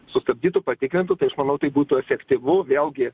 sustabdytų patikrintų tai aš manau tai būtų efektyvu vėlgi